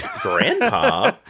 Grandpa